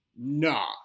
nah